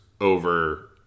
over